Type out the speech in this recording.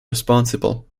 responsible